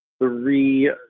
three